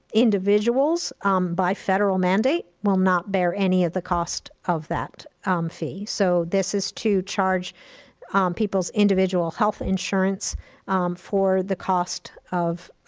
individuals by federal mandate will not bear any of the cost of that fee, so this is to charge people's individual health insurance for the cost of